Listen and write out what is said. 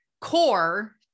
core